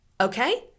okay